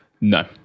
No